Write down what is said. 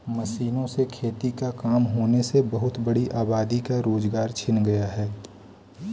मशीनों से खेती का काम होने से बहुत बड़ी आबादी का रोजगार छिन गया है